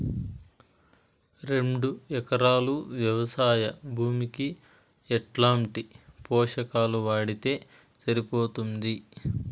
రెండు ఎకరాలు వ్వవసాయ భూమికి ఎట్లాంటి పోషకాలు వాడితే సరిపోతుంది?